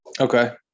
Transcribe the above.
Okay